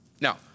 Now